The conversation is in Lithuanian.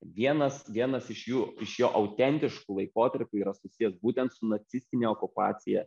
vienas vienas iš jų iš jo autentiškų laikotarpių yra susijęs būtent su nacistine okupacija